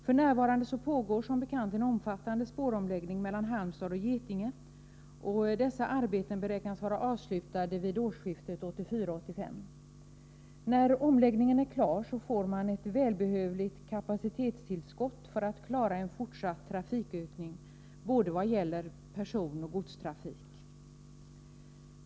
F.n. pågår som bekant en omfattande spåromläggning mellan Halmstad och Getinge, och dessa arbeten beräknas vara avslutade vid årsskiftet 1984-1985. När omläggningen är klar får man ett välbehövligt kapacitetstillskott för att klara en fortsatt trafikökning i vad gäller både personoch godstrafik.